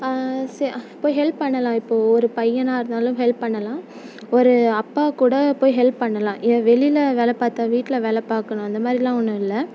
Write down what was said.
சே போய் ஹெல்ப் பண்ணலாம் இப்போது ஒரு பையனாக இருந்தாலும் ஹெல்ப் பண்ணலாம் ஒரு அப்பா கூட போய் ஹெல்ப் பண்ணலாம் ஏன் வெளியில் வேலை பார்த்தா வீட்டில் வேலை பார்க்கணும் அந்தமாதிரிலாம் ஒன்றும் இல்லை